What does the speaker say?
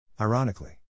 Ironically